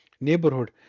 neighborhood